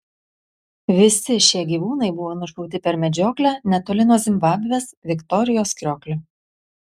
visi šie gyvūnai buvo nušauti per medžioklę netoli nuo zimbabvės viktorijos krioklio